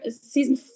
season